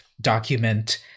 document